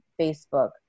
Facebook